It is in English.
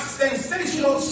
sensational